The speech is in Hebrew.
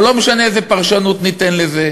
או לא משנה איזו פרשנות ניתן לזה?